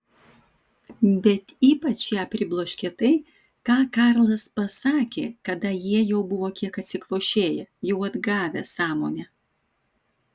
bet ypač ją pribloškė tai ką karlas pasakė kada jie jau buvo kiek atsikvošėję jau atgavę sąmonę